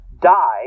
die